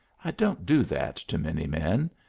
i don't do that to many men.